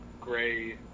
Gray